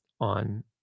on